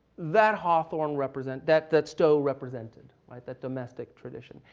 that hawthorne represent that that stowe represented, like that domestic tradition,